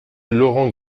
laurent